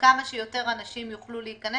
שכמה שיותר אנשים יוכלו להיכנס